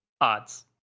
odds